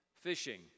fishing